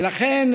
ולכן,